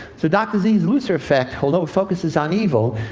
so dr. z's lucifer effect, although it focuses on evil,